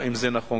האם זה נכון?